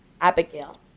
Abigail